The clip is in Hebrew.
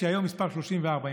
שהיום היא מס' 34,